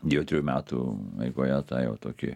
jau trijų metų eigoje tą jau tokį